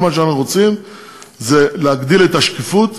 כל מה שאנחנו רוצים זה להרחיב את השקיפות,